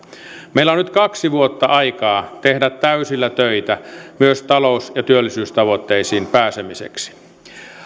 meillä on nyt kaksi vuotta aikaa tehdä täysillä töitä myös talous ja työllisyystavoitteisiin pääsemiseksi